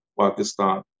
Pakistan